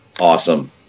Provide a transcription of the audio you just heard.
awesome